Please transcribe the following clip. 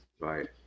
Right